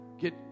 Get